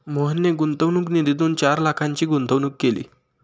मोहनने गुंतवणूक निधीतून चार लाखांची गुंतवणूक केली